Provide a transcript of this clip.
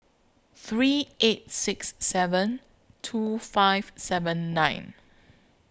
three eight six seven two five seven nine